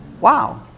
Wow